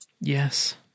Yes